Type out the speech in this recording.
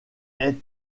est